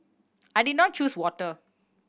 I did not choose water